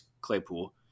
Claypool